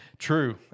True